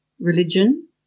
religion